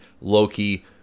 Loki